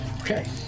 Okay